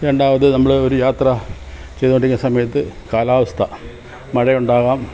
രണ്ടാമത് നമ്മള് ഒരു യാത്ര ചെയ്തുകൊണ്ടിരിക്കുന്ന സമയത്ത് കാലാവസ്ഥ മഴയുണ്ടാവാം